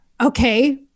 okay